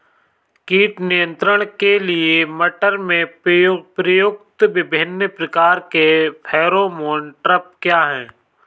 कीट नियंत्रण के लिए मटर में प्रयुक्त विभिन्न प्रकार के फेरोमोन ट्रैप क्या है?